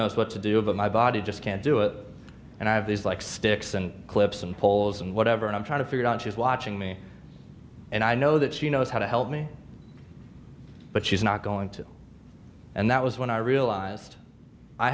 knows what to do of of my body just can't do it and i have these like sticks and clips and poles and whatever and i'm trying to figure out she's watching me and i know that she knows how to help me but she's not going to and that was when i realized i